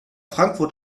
frankfurt